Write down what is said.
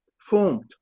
formed